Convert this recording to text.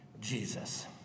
Jesus